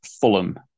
Fulham